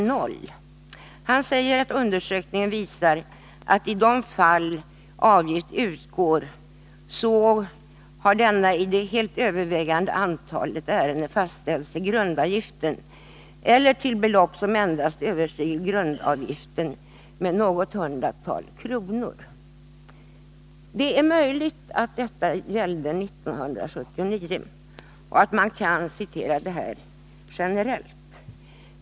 Justitieministern säger att undersökningen visar att i de fall avgift utgår så fastställs det helt övervägande antalet ärenden till grundavgiften eller till belopp som endast överstiger grundavgiften med något hundratal kronor. Det är möjligt att detta gällde 1979 och att man kan åberopa det generellt.